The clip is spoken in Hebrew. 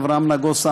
אברהם נגוסה,